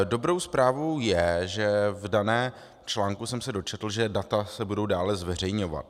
Dobrou zprávou je, že v daném článku jsem se dočetl, že data se budou dále zveřejňovat.